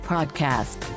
Podcast